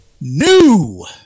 new